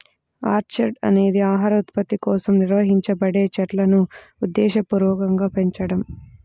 orchard అనేది ఆహార ఉత్పత్తి కోసం నిర్వహించబడే చెట్లును ఉద్దేశపూర్వకంగా పెంచడం